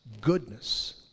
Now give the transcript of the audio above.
goodness